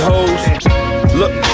Look